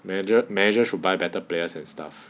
manager manager should buy better players and stuff